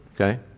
okay